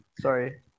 Sorry